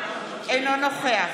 אינו נוכח